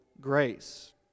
grace